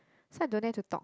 so I don't dare to talk